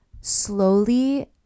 slowly